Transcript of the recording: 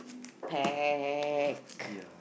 packed